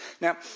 Now